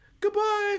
Goodbye